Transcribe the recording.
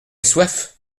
soif